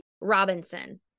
Robinson